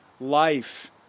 life